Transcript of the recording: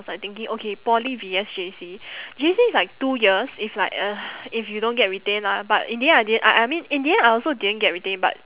was like thinking okay poly V S J_C J_C is like two years if like uh if you don't get retained lah but in the end I didn~ I I mean in the end I also didn't get retained but